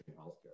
healthcare